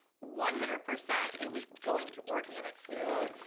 one hundred percent it was going to organic food,